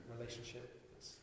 relationship